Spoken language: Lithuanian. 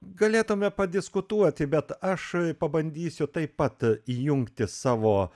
galėtume padiskutuoti bet aš pabandysiu taip pat įjungti savo